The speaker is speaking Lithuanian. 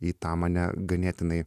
į tą mane ganėtinai